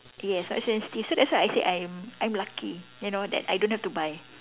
yes not sensitive so that's why I said I'm I'm lucky you know that I don't have to buy